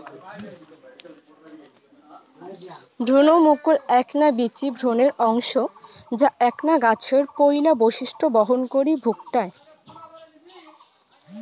ভ্রুণমুকুল এ্যাকনা বীচি ভ্রূণের অংশ যা এ্যাকনা গছের পৈলা বৈশিষ্ট্য বহন করি ভুকটায়